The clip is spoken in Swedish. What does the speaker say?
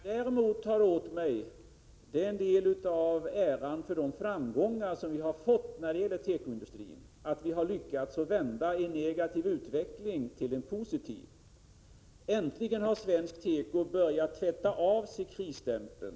Fru talman! Vad jag tar åt mig är en del av äran för de framgångar som vi har haft när det gäller tekoindustrin. Vi har ju lyckats vända en negativ utveckling till en positiv. Äntligen har svensk tekoindustri börjat tvätta av sig krisstämpeln.